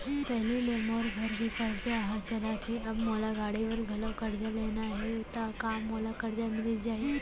पहिली ले मोर घर के करजा ह चलत हे, अब मोला गाड़ी बर घलव करजा लेना हे ता का मोला करजा मिलिस जाही?